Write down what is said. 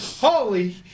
Holy